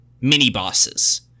mini-bosses